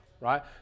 right